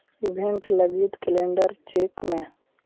event ᱞᱟᱹᱜᱤᱫ calendar check ᱢᱮ